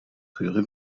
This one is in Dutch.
gure